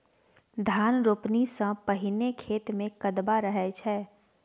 धान रोपणी सँ पहिने खेत मे कदबा रहै छै